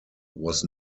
was